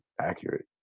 accurate